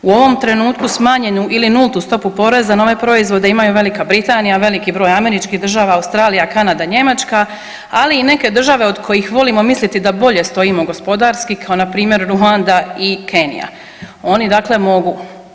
U ovom trenutku smanjenju ili nultu stopu poreza na ove proizvode imaju Velika Britanija, veliki broj američkih država, Australija, Kanda, Njemačka, ali i neke države od kojih volimo misliti da bolje stojimo gospodarski kao npr. Ruanda i Kenija oni dakle mogu.